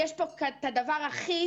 יש פה את הדבר הכי